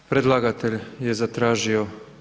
Predlagatelj je zatražio.